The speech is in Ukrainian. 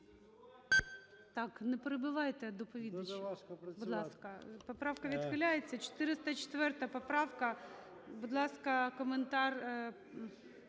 Так, не перебивайте, доповідач. Поправка відхиляється. 404-а поправка. Будь ласка, коментар